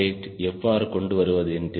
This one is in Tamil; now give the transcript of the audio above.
8 எவ்வாறு கொண்டு வருவது என்று